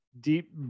Deep